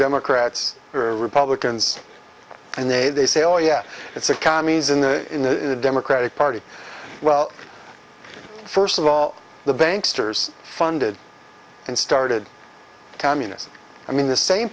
democrats or republicans and they they say oh yeah it's the commies in the in the democratic party well first of all the banks toure's funded and started communists i mean the same